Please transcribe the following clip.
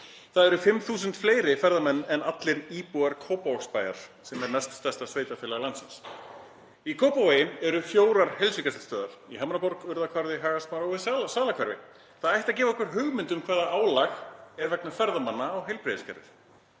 Það eru 5.000 fleiri ferðamenn en allir íbúar Kópavogsbæjar sem er næststærsta sveitarfélag landsins. Í Kópavogi eru fjórar heilsugæslustöðvar, í Hamraborg, Urðarhvarfi, Hagasmára og í Salahverfi. Það ætti að gefa okkur hugmynd um hvaða álag er vegna ferðamanna á heilbrigðiskerfið.